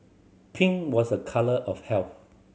pink was a colour of health